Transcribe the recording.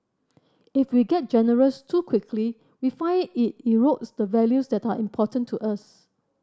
if we get generous too quickly we find it erodes the values that are important to us